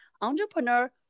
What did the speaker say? entrepreneur